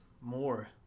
more